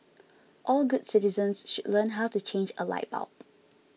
all good citizens should learn how to change a light bulb